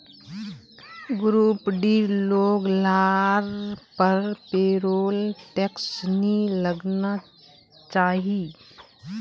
group डीर लोग लार पर पेरोल टैक्स नी लगना चाहि